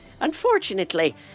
Unfortunately